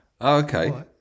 Okay